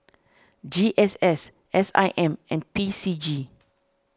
G S S S I M and P C G